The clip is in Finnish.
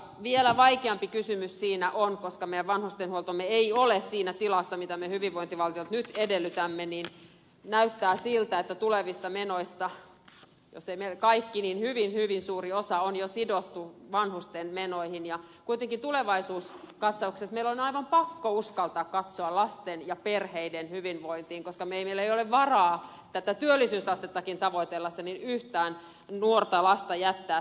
vielä vaikeampi kysymys siinä on koska meidän vanhustenhuoltomme ei ole siinä tilassa mitä me hyvinvointivaltiolta nyt edellytämme se että näyttää siltä että tulevista menoista jos ei kaikki niin hyvin hyvin suuri osa on jo sidottu vanhustenhuoltomenoihin ja kuitenkin tulevaisuuskatsauksessa meidän on aivan pakko uskaltaa katsoa lasten ja perheiden hyvinvointia koska meillä ei ole varaa tätä työllisyysastettakaan tavoitellessa yhtään nuorta lasta jättää sivuteille